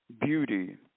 beauty